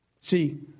See